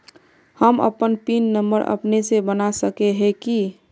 हम अपन PIN number अपने से बना सके है की?